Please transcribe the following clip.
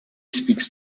speaks